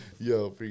Yo